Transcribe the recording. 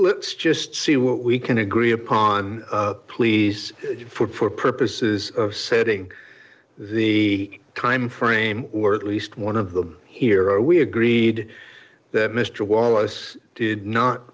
let's just see what we can agree upon please for purposes of setting the time frame or at least one of the here are we agreed that mr wallace did not